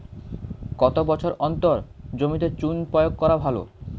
কত বছর অন্তর জমিতে চুন প্রয়োগ করা ভালো?